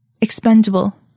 Expendable